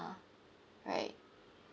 right